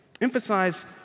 emphasize